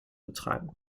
betreiben